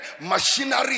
machinery